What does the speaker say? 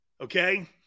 okay